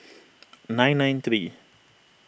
nine nine three